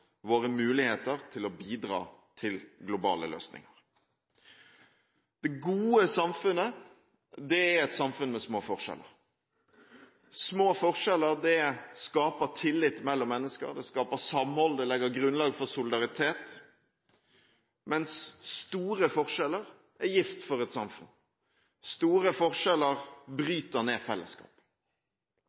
til å bidra til globale løsninger. Det gode samfunnet er et samfunn med små forskjeller. Små forskjeller skaper tillit mellom mennesker. Det skaper samhold og legger grunnlaget for solidaritet, mens store forskjeller er gift for et samfunn. Store forskjeller bryter ned fellesskapet. Vi ønsker å bygge samfunnet på sterke fellesskap,